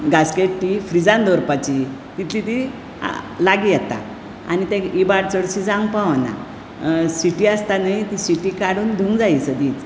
gasket तीं फ्रिजान दवरपाची तितली तीं लागीं येता आनी तें इबाड चडशी जावंक पावना सीटी आसता न्हय ती सीटी काडून धुवूंक जायी सदींच